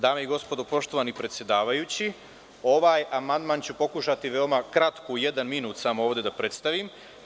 Dame i gospodo, poštovani predsedavajući, ovaj amandman ću pokušati veoma kratko, u jedan minut, ovde da predstavim.